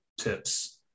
tips